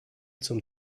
zum